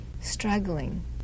struggling